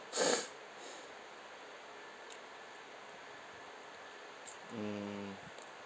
mm